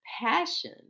passion